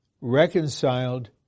reconciled